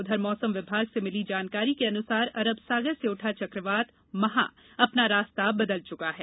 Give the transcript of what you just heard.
ऊधर मौसम विभाग से मिली जानकारी के अनुसार अरब सागर से उठा चकवात महा अपना रास्ता बदल चुका है